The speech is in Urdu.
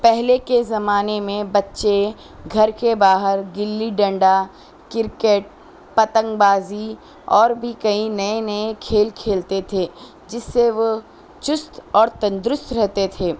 پہلے کے زمانے میں بچے گھر کے باہر گّلی ڈنڈا کرکٹ پتنگ بازی اور بھی کئی نیے نیے کھیل کھیلتے تھے جس سے وہ چست اور تندرست رہتے تھے